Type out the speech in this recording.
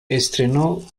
estrenó